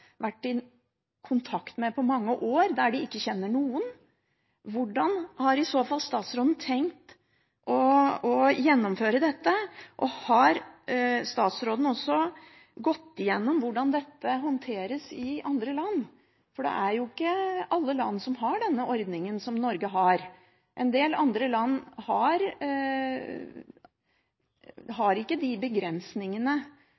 vært i kontakt med på mange år, der de ikke kjenner noen? Hvordan har i så fall statsråden tenkt å gjennomføre dette? Har statsråden også gått igjennom hvordan dette håndteres i andre land? Det er jo ikke alle land som har denne ordningen Norge har. En del andre land har